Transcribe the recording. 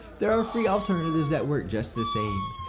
there are free alternatives that work just the same.